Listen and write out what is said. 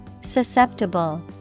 Susceptible